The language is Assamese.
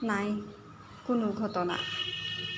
নাই কোনো ঘটনা